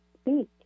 speak